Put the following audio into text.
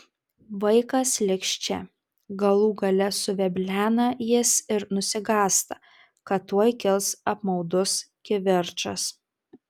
vaikas liks čia galų gale suveblena jis ir nusigąsta kad tuoj kils apmaudus kivirčas